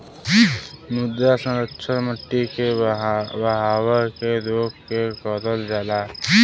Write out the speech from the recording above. मृदा संरक्षण मट्टी के बहाव के रोक के करल जाला